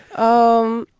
oh, um